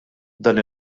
dan